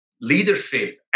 leadership